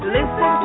Listen